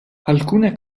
alcune